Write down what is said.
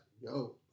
yo